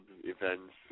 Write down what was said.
events